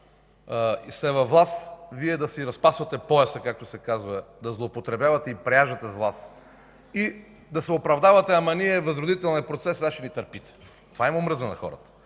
сте във власт, Вие да си разпасвате пояса, както се казва, да злоупотребявате и преяждате с власт, и да се оправдавате: ама, ние, Възродителният процес, а сега ще ни търпите. Това им омръзна на хората!